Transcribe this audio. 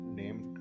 named